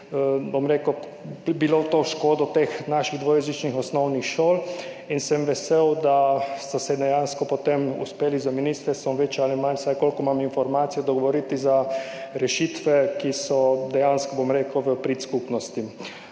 potem bi bilo to v škodo naših dvojezičnih osnovnih šol. In sem vesel, da ste se dejansko potem uspeli z ministrstvom bolj ali manj, vsaj kolikor imam informacij, dogovoriti za rešitve, ki so dejansko v prid skupnosti.